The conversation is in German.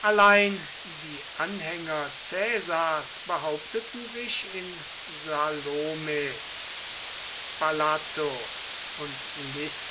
allein die anhänger caesars behaupteten sich in salome spalato und lissos